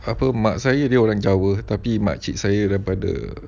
apa mak saya dia orang jawa tapi makcik saya daripada